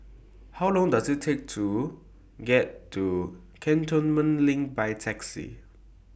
How Long Does IT Take to get to Cantonment LINK By Taxi